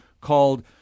called